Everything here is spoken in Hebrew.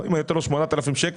אם אני נותן לו 8,000 שקלים,